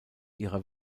ihrer